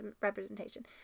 representation